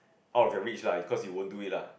out of your reach lah of cause you won't do it lah